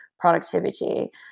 Productivity